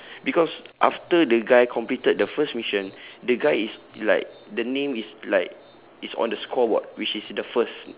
because after the guy completed the first mission the guy is like the name is like is on the scoreboard which is the first